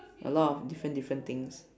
a lot of different different things